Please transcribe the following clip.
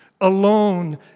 alone